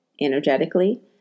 energetically